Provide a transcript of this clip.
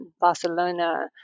Barcelona